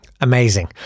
Amazing